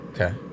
Okay